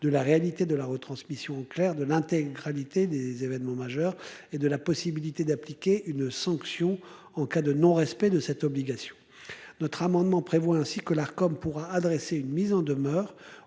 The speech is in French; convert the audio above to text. de la réalité de la retransmission au clair de l'intégralité des événements majeurs et de la possibilité d'appliquer une sanction en cas de non respect de cette obligation. Notre amendement prévoit ainsi que l'Arcom pourra adresser une mise en demeure